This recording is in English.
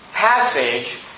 passage